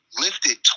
lifted